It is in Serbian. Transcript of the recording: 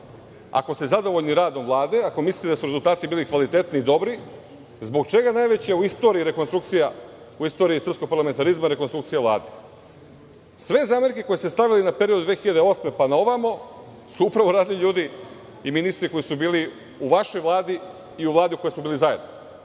Ako ste zadovoljni radom Vlade, ako mislite da su rezultati bili kvalitetni i dobri, zbog čega najveća u istoriji srpskog parlamentarizma rekonstrukcija Vlade? Sve zamerke koje ste stavili na period od 2008. godine pa na ovamo su upravo radni ljudi i ministri koji su bili u vašoj Vladi i u Vladi u kojoj smo bili zajedno.